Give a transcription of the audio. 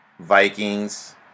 Vikings